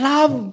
Love